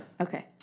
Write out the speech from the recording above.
Okay